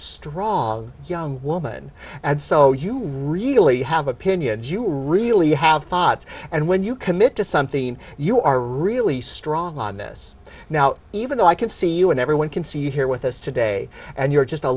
strong woman and so you really have opinions you really have thoughts and when you commit to something you are really strong on this now even though i can see you and everyone can see you here with us today and you're just a